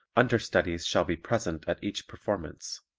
understudies shall be present at each performance.